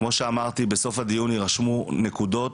כמו שאמרתי, בסוף הדיון יירשמו נקודות,